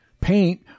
paint